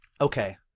okay